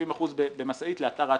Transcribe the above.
70% במשאית לאתר ההטמנה,